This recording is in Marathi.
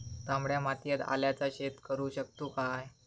तामड्या मातयेत आल्याचा शेत करु शकतू काय?